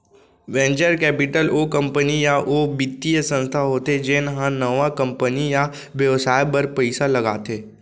venture capital ओ company या ओ बित्तीय संस्था होथे जेन ह नवा कंपनी या बेवसाय बर पइसा लगाथे